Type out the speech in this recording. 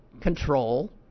control